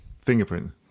fingerprint